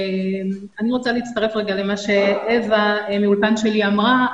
אני רוצה להצטרף רגע למה שאווה מ'אולפן שלי' אמרה,